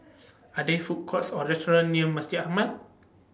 Are There Food Courts Or restaurants near Masjid Ahmad